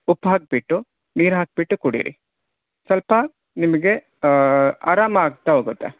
ಉಪ್ಪು ಹಾಕಿಬಿಟ್ಟು ನೀರು ಹಾಕಿಬಿಟ್ಟು ಕುಡಿಯಿರಿ ಸ್ವಲ್ಪ ನಿಮಗೆ ಆರಾಮಾಗ್ತಾ ಹೋಗುತ್ತೆ